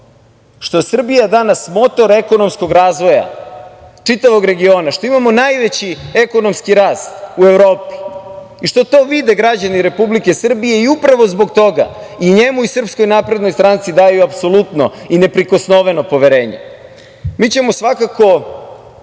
što je Srbija danas motor ekonomskog razvoja čitavog regiona, što imamo najveći ekonomski rast u Evropi i što to vide građani Republike Srbije. Upravo zbog toga i njemu i SNS daju apsolutno i neprikosnoveno poverenje. Mi ćemo svakako